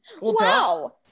Wow